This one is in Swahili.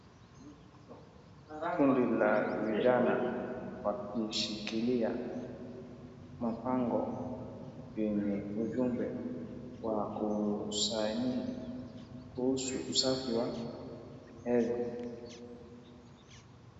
Kundi la vijana wakishikilia mabango lenye ujumbe wa kusanyiri kuhusu usafi wa hedhi.